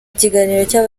kiganiro